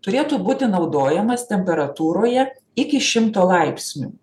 turėtų būti naudojamas temperatūroje iki šimto laipsnių